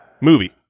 Movie